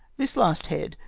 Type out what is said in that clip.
this last head,